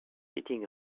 sitting